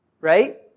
Right